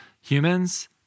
humans